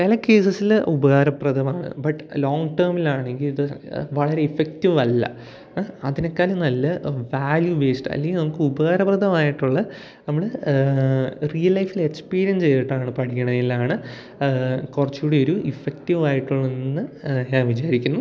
ചില കേസസിൽ ഉപകാരപ്രദമാണ് ബട്ട് ലോംഗ് ടേമിലാണെങ്കിൽ ഇത് സാധ്യത വളരെ ഇഫക്റ്റിവ് അല്ല അതിനെക്കാളും നല്ല വാല്യൂ വേസ്റ്റ് അല്ലേ നമുക്ക് ഉപകാരപ്രദമായിട്ടുള്ള നമ്മൾ റിയൽ ലൈഫിൽ എക്സ്പീരിയൻ ചെയ്തിട്ടാണ് പഠിക്കണെങ്കിലാണ് കുറച്ചു കൂടി ഒരു ഇഫക്റ്റിവ് ആയിട്ടുള്ളതെന്ന് ഞാൻ വിചാരിക്കുന്നു